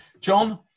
John